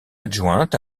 adjointe